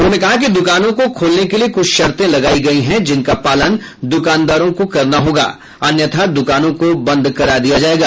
उन्होंने कहा कि दुकानों को खोलने के लिए कुछ शर्ते लगायी गयी है जिनका पालन दुकानदारों को करना होगा अन्यथा दुकानों को बंद करा दिया जायेगा